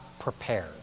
prepared